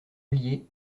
ollier